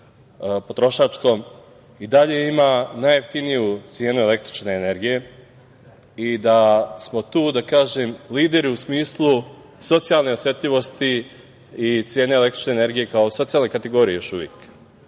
i dalje ima najjeftiniju cenu električne energije i da smo tu da kažem, lideri u smislu socijalne osetljivosti i cene električne energije kao socijalne kategorije još uvek.